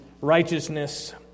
righteousness